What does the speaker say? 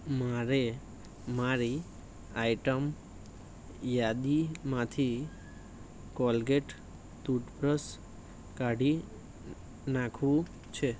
મારે મારી આઈટમ યાદીમાંથી કોલગેટ ટૂથ બ્રશ કાઢી નાખવું છે